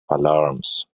alarms